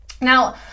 Now